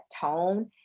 tone